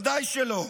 בוודאי שלא.